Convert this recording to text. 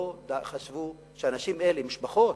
לא חשבו שאנשים אלה, משפחות,